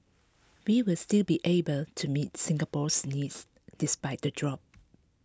we will still be able to meet Singapore's needs despite the drop